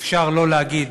אפשר לא להגיד